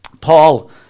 Paul